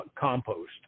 compost